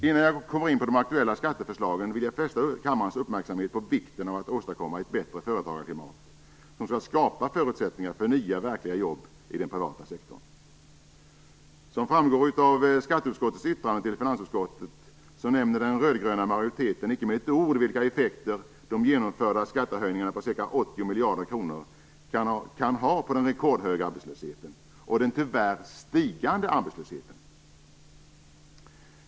Innan jag kommer in på de aktuella skatteförslagen vill jag fästa kammarens uppmärksamhet på vikten av att åstadkomma ett bättre företagarklimat som skall skapa förutsättningar för nya verkliga jobb i den privata sektorn. Som framgår av skatteutskottets yttrande till finansutskottet nämner den röd-gröna majoriteten icke med ett ord vilka effekter som de genomförda skattehöjningarna på ca 80 miljarder kronor kan ha på den rekordhöga arbetslösheten och på den, tyvärr, stigande arbetslösheten.